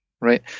right